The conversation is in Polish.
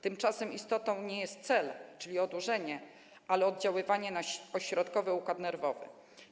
Tymczasem istotą nie jest cel, czyli odurzenie, ale oddziaływanie na ośrodkowy układ nerwowy.